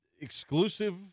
Exclusive